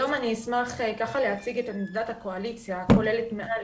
היום אני אשמח להציג את עמדת הקואליציה הכוללת מעל